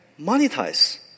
monetize